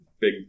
big